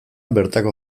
bertako